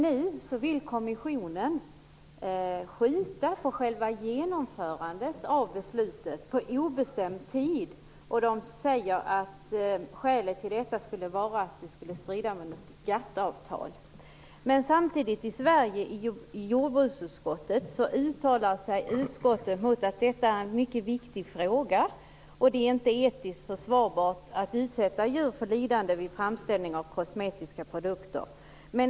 Nu vill kommissionen skjuta på själva genomförandet av beslutet på obestämd tid. Man säger att skälet till detta är att det skulle strida mot GATT avtalet. Samtidigt uttalar sig jordbruksutskottet i Sverige och menar att det är en mycket viktigt fråga och att det inte är etiskt försvarbart att utsätta djur för lidande vid framställning av kosmetiska produkter.